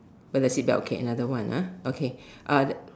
but the seat belt okay another one okay lah